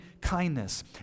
kindness